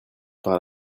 par